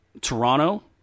toronto